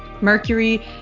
Mercury